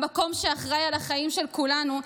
המקום שאחראי לחיים של כולנו,